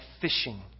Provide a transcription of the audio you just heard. fishing